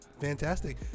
Fantastic